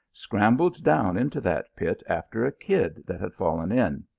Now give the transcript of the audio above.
scrambled down into that pit after a kid that had fallen in.